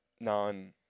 non